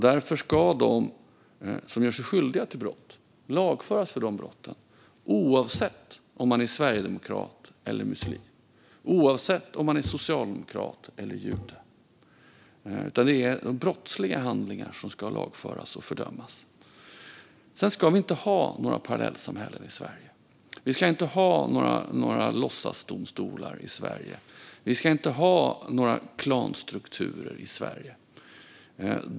Därför ska man lagföras om man gör sig skyldig till brott, oavsett om man är sverigedemokrat eller muslim och oavsett om man är socialdemokrat eller jude. Man ska lagföras för brottsliga handlingar, vilka ska fördömas. Sedan ska vi inte ha några parallellsamhällen i Sverige. Vi ska inte ha några låtsasdomstolar i Sverige. Vi ska inte ha några klanstrukturer i Sverige.